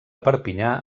perpinyà